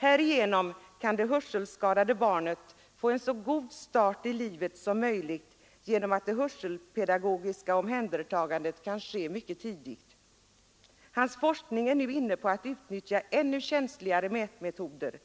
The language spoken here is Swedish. Härigenom kan det hörselskadade barnet få en så god start i livet som möjligt genom att det hörselpedagogiska omhändertagandet kan ske mycket tidigt. Lidéns forskning är nu inne på att utnyttja ännu känsligare mätmetoder.